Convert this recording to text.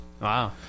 Wow